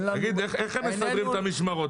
תגיד, איך הם מסדרים את המשמרות?